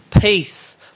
peace